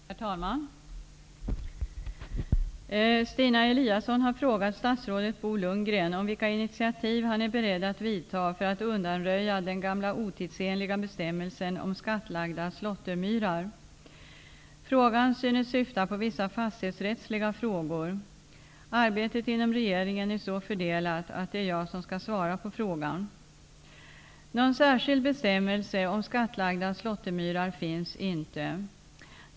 Herr talman! Stina Eliasson har frågat statsrådet Bo Lundgren om vilka initiativ han är beredd att vidta för att undanröja den gamla otidsenliga bestämmelsen om skattlagda slåttermyrar. Frågan synes syfta på vissa fastighetsrättsliga frågor. Arbetet inom regeringen är så fördelat att det är jag som skall svara på frågan. Någon särskild bestämmelse om skattlagda slåttermyrar finns inte.